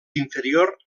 inferior